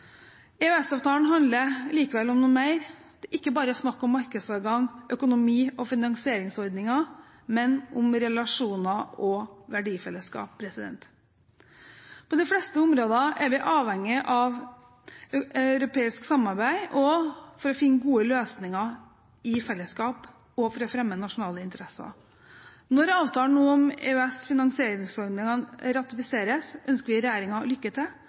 EØS-avtalen handler likevel om noe mer. Det er ikke bare snakk om markedsadgang, økonomi og finansieringsordninger, men om relasjoner og verdifellesskap. På de fleste områder er vi avhengig av europeisk samarbeid og å finne gode løsninger i felleskap for å fremme nasjonale interesser. Når avtalen om EØS-finansieringsordningene nå ratifiseres, ønsker vi regjeringen lykke til